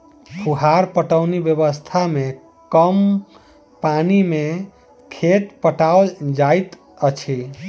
फुहार पटौनी व्यवस्था मे कम पानि मे खेत पटाओल जाइत अछि